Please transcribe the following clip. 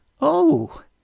Oh